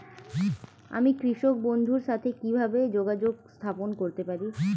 আমি কৃষক বন্ধুর সাথে কিভাবে যোগাযোগ স্থাপন করতে পারি?